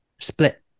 split